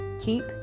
keep